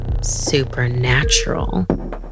supernatural